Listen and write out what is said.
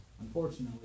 Unfortunately